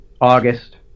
August